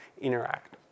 interact